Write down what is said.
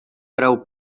grau